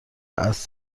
اسب